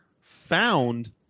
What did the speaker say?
found